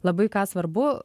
labai ką svarbu